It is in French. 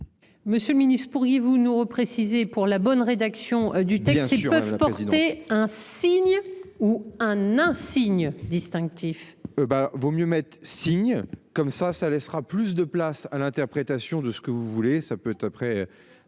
Monsieur le Ministre, pourriez-vous nous repréciser pour la bonne rédaction du texte qui peuvent porter un signe ou un, un signe distinctif. Bah vaut mieux mettre signe comme ça ça laissera plus de place à l'interprétation de ce que vous voulez, ça peut te.